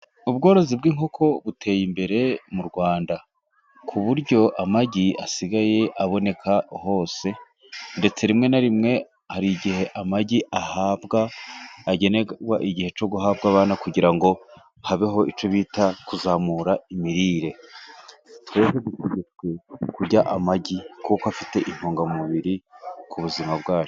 Ubworozi bw'inkoko buteye imbere mu Rwanda ku buryo amagi asigaye aboneka hose. Ndetse rimwe na rimwe hari igihe amagi ahabwa, agenerwa igihe cyo guhabwa abana, kugira ngo habeho icyo bita kuzamura imirire. Twebwe dutegetswe kurya amagi, kuko afite intungamubiri ku buzima bwacu.